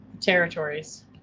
territories